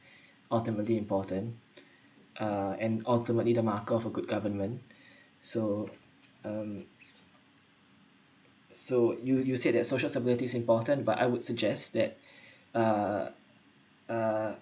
ultimately important uh and ultimately the mark of a good government so um so you you said that social sustainability is important but I would suggest that uh uh